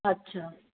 अच्छा